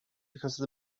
because